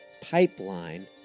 pipeline